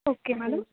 okay madam